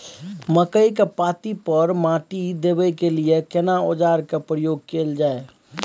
मकई के पाँति पर माटी देबै के लिए केना औजार के प्रयोग कैल जाय?